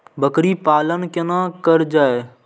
बकरी पालन केना कर जाय?